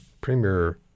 Premier